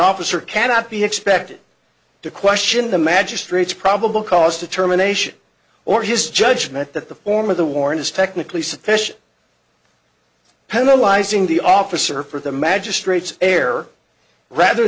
officer cannot be expected to question the magistrate's probable cause determination or his judgment that the form of the warrant is technically sufficient penalize ing the officer for the magistrate's error rather